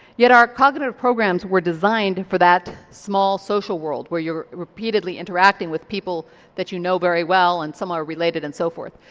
yet our cognitive programs were designed for that small social world where you were repeatedly interacting with people that you know very well and some are related and so forth.